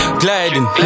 gliding